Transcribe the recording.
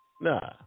Nah